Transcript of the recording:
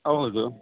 ಹೌದು